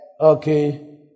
Okay